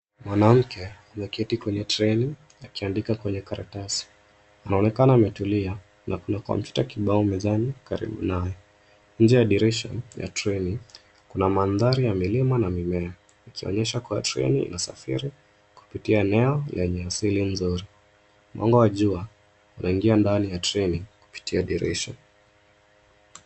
Mwanamke ameketi kwenye treni akiandika kwenye karatasi. Anaonekana ametulia na kuna kompyuta kibao mezani karibu na nje ya dirisha ya treni. Kuna mandhari ya milima na mimea, ikionyesha kuwa treni inasafiri kupita eneo lenye asili nzuri. Mwanga wa jua unaingia ndani ya treni kupitia dirisha.